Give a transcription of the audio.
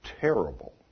terrible